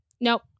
nope